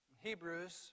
Hebrews